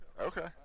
Okay